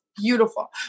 Beautiful